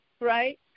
right